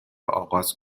آغاز